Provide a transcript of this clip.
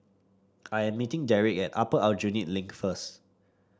I am meeting Derik at Upper Aljunied Link first